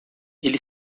ele